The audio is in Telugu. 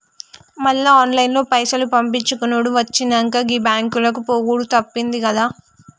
మళ్ల ఆన్లైన్ల పైసలు పంపిచ్చుకునుడు వచ్చినంక, గీ బాంకులకు పోవుడు తప్పిందిగదా